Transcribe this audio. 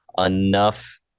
enough